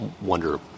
wonder